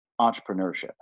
entrepreneurship